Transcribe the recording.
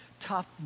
tough